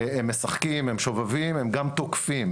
הם משחקים ושובבים והם גם תוקפים.